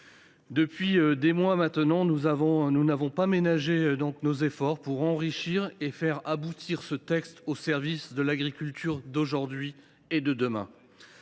Depuis des mois, nous n’avons pas ménagé nos efforts pour enrichir et faire aboutir ce projet de loi au service de l’agriculture d’aujourd’hui et de demain.